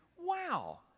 Wow